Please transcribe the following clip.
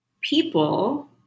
people